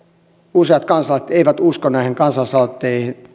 useat kansalaiset eivät usko näiden kansalaisaloitteiden